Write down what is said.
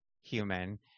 human